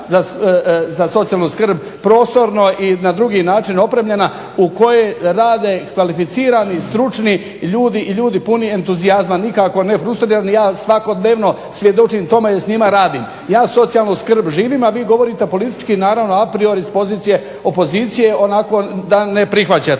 za socijalnu skrb prostorno i na drugi način opremljena u kojoj rade kvalificirani stručni ljudi i ljudi puni entuzijazma. Nikako ne frustrirani, ja svakodnevno svjedočim tome jer s njima radim. Ja socijalnu skrb živim a vi govorite politički naravno apriori s pozicije opozicije onako da ne prihvaćate.